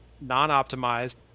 non-optimized